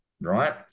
right